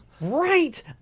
Right